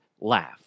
laugh